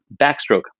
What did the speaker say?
backstroke